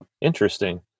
Interesting